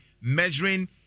measuring